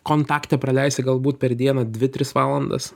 kontakte praleisi galbūt per dieną dvi tris valandas